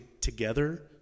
together